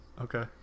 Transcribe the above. Okay